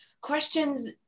questions